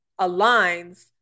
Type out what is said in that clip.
aligns